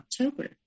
October